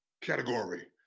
category